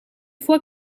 fois